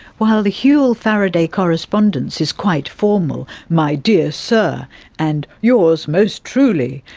while the whewell faraday correspondence is quite formal, my dear sir and yours most truly,